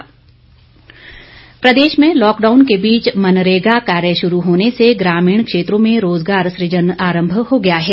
वीरेन्द्र कंवर प्रदेश में लॉकडाउन के बीच मनरेगा कार्य शुरू होने से ग्रामीण क्षेत्रों में रोज़गार सृजन आरंभ हो गया है